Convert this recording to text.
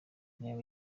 intego